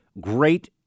great